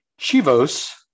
Chivos